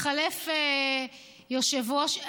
התחלף יושב-ראש,